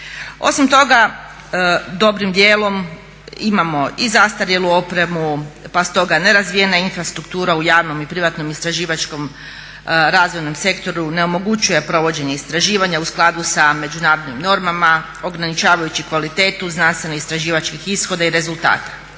Osim toga dobrim dijelom imamo i zastarjelu opremu pa stoga nerazvijena infrastruktura u javnom i privatnom istraživačkom razvojnom sektoru ne omogućuje provođenje istraživanja u skladu sa međunarodnim normama ograničavajući kvalitetu znanstveno istraživačkih ishoda i rezultata.